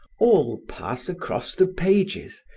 all pass across the pages.